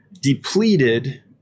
depleted